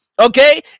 Okay